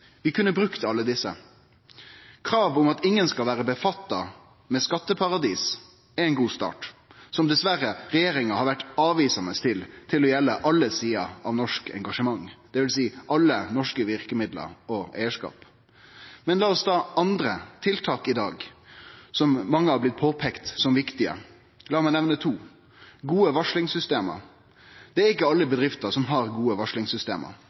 Vi kunne ha brukt alle desse. Krav om at ingen skal ha noko med skatteparadis å gjere, er ein god start, noko som dessverre regjeringa har vore avvisande til når det gjeld alle sider av norsk engasjement, dvs. alle norske verkemiddel og eigarskap. Men la oss ta andre tiltak i dag, som av mange er blitt peika på som viktige. La meg nemne: Gode varslingssystem. Det er ikkje alle bedrifter som har gode varslingssystem.